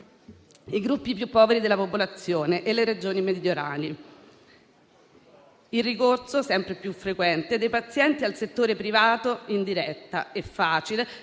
i gruppi più poveri della popolazione e le Regioni meridionali; il ricorso sempre più frequente dei pazienti al settore privato in diretta e facile